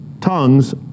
tongues